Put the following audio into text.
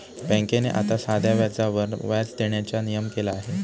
बँकेने आता साध्या व्याजावर व्याज देण्याचा नियम केला आहे